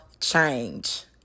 change